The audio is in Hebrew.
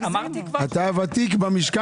אמרתי כבר -- אתה הוותיק במשכן.